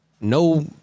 no